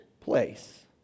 place